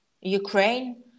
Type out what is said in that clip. Ukraine